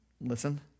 listen